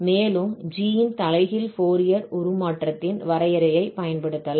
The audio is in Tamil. மேலும் g இன் தலைகீழ் ஃபோரியர் உருமாற்றத்தின் வரையறையைப் பயன்படுத்தலாம்